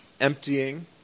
emptying